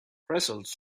results